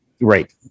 Right